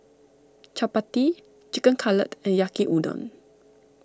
Chapati Chicken Cutlet and Yaki Udon